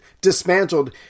dismantled